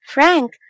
Frank